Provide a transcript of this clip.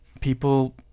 people